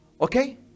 Okay